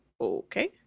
Okay